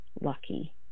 lucky